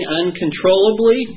uncontrollably